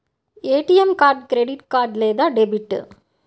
ATM card credit లేదా debit?